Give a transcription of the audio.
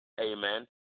Amen